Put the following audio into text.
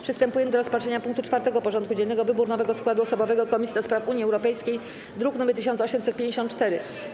Przystępujemy do rozpatrzenia punktu 4. porządku dziennego: Wybór nowego składu osobowego Komisji do Spraw Unii Europejskiej (druk nr 1854)